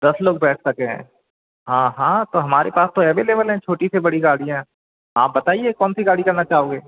दस लोग बैठ सकें हाँ हाँ तो हमारे पास तो अवेलबल हैं छोटी से बड़ी गाड़ियाँ आप बताइए कौन सी गाड़ी करना चाहोगे